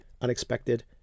unexpected